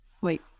Wait